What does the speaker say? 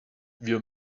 wir